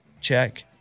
check